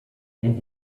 and